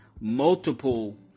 multiple